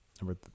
Number